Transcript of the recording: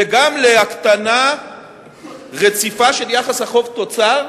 וגם להקטנה רציפה של יחס החוב תוצר,